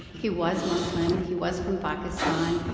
he was muslim. he was from pakistan.